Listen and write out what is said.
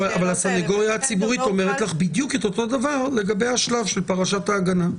הסנגוריה הציבורית אומרת לך בדיוק את אותו דבר לגבי השלב של פרשת ההגנה,